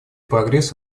прогресс